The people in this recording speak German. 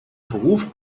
verruf